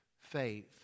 faith